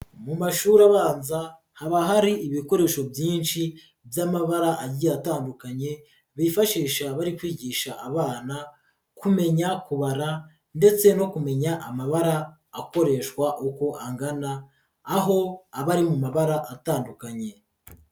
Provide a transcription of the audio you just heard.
Mu mashuri abanza haba hari ibikoresho byinshi by'amabara agiye atandukanye bifashisha bari kwigisha abana kumenya kubara ndetse no kumenya amabara akoreshwa uko angana, aho aba ari mu mabara atandukanye.